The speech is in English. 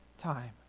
time